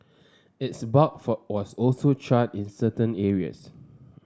its bark for was also charred in certain areas